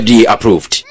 approved